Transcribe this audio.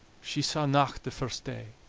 she saw nocht the first day.